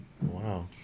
Wow